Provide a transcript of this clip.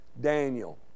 Daniel